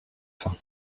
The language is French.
faim